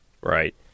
Right